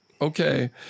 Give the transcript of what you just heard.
Okay